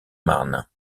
marne